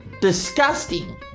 Disgusting